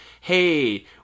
hey